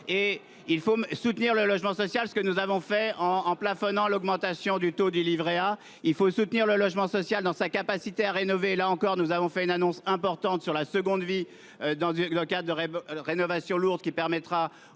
! Il faut soutenir le logement social. C'est ce que nous avons fait en plafonnant l'augmentation du taux du livret A. Il faut soutenir le logement social dans sa capacité à rénover. Là encore, nous avons fait une annonce importante sur la seconde vie dans le cadre de rénovations lourdes, ce qui permettra